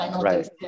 right